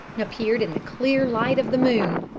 appeared in the clear light of the moon.